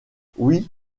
oui